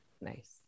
Nice